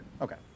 Okay